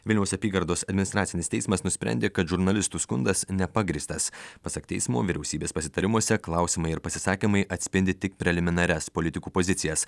vilniaus apygardos administracinis teismas nusprendė kad žurnalistų skundas nepagrįstas pasak teismų vyriausybės pasitarimuose klausimai ir pasisakymai atspindi tik preliminarias politikų pozicijas